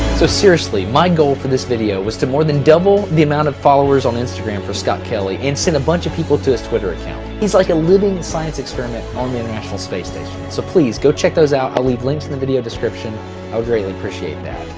so seriously, my goal for this video was to more than double the amount of followers on instagram for scott kelly and send a bunch of people to his twitter account. he's like a living science experiment on the international space station. so please go check those out, i'll leave links in the video description. i would greatly appreciate that.